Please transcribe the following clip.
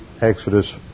Exodus